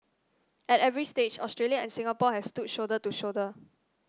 at every stage Australia and Singapore have stood shoulder to shoulder